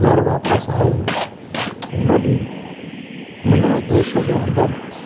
घर वापसि आयो हुन ॾींहुं हिन देश जे अंदरि